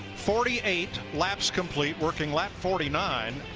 forty eight laps complete, working lap forty nine.